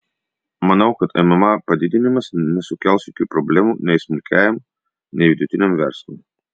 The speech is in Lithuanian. manau kad mma padidinimas nesukels jokių problemų nei smulkiajam nei vidutiniam verslui